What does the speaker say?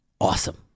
awesome